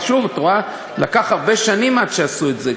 ושוב, את רואה, לקח הרבה שנים עד שעשו את זה.